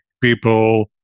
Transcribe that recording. people